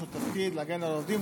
יש לו תפקיד להגן על העובדים,